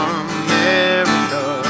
America